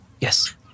Yes